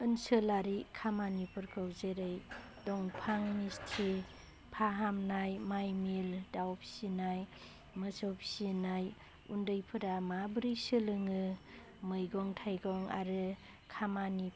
ओनसोलारि खामानिफोरखौ जेरै दफां मिस्ट्रि फाहामनाय माइ मिल दाव फिसिनाय मोसौ फिसिनाय उन्दैफोरा माबोरै सोलोङो मैगं थाइगं आरो खामानि